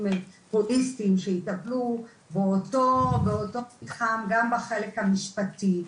הוליסטיים שיטפלו באותו מתחם גם בחלק המשפטי,